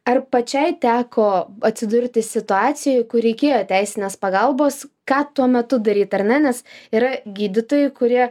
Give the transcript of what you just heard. ar pačiai teko atsidurti situacijoj kur reikėjo teisinės pagalbos ką tuo metu daryt ar ne nes yra gydytojų kurie